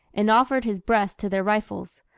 and offered his breast to their rifles.